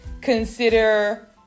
consider